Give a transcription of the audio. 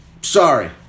Sorry